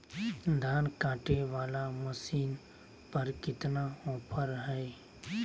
धान कटे बाला मसीन पर कितना ऑफर हाय?